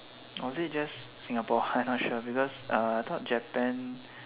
was it just singapore I'm not sure because I thought japan